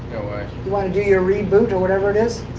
like do your reboot or whatever it is?